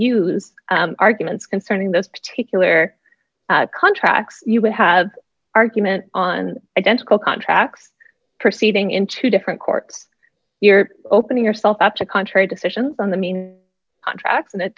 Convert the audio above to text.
use arguments concerning this particular contract you would have argument on identical contracts proceeding in two different courts you're opening yourself up to contrary decisions on the mean contracts and it